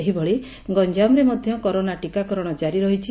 ସେହିଭଳି ଗଞ୍ଠାମରେ ମଧ୍ଧ କରୋନା ଟିକାକରଣ ଜାରି ରହିଛି